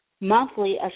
monthly